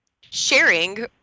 sharing